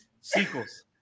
Sequels